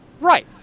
Right